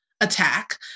Attack